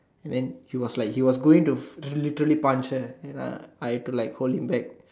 then he was like he was going to literally punch her and I I had to like hold him back